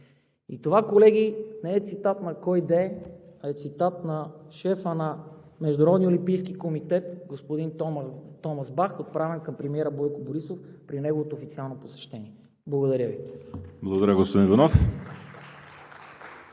Това, колеги, не е цитат на когото и да е, а е цитат на шефа на Международния олимпийски комитет – господин Томас Бах, отправен към премиера Бойко Борисов при неговото официално посещение. Благодаря Ви. (Ръкопляскания от